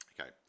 Okay